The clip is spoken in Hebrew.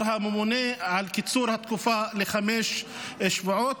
הממונה על קיצור התקופה לחמישה שבועות.